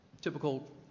typical